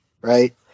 Right